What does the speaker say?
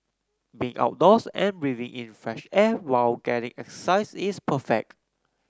being outdoors and breathing in fresh air while getting exercise is perfect